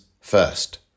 first